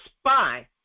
spy